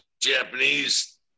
Japanese